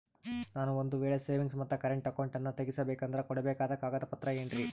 ನಾನು ಒಂದು ವೇಳೆ ಸೇವಿಂಗ್ಸ್ ಮತ್ತ ಕರೆಂಟ್ ಅಕೌಂಟನ್ನ ತೆಗಿಸಬೇಕಂದರ ಕೊಡಬೇಕಾದ ಕಾಗದ ಪತ್ರ ಏನ್ರಿ?